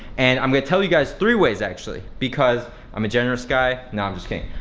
and i'm gonna tell you guys three ways actually, because i'm a generous guy. no i'm just kidding,